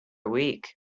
week